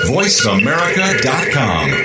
VoiceAmerica.com